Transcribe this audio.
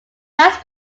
flowers